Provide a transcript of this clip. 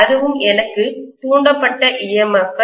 அதுவும் எனக்கு தூண்டப்பட்ட EMF ஐ